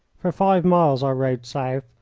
for five miles i rode south,